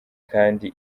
kandi